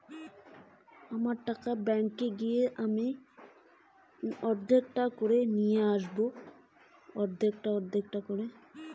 আমার জমা টাকা মেচুউরিটি হলে কি করে সেটা তুলব?